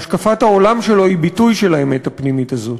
והשקפת העולם שלו היא ביטוי של האמת הפנימית הזאת.